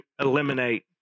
eliminate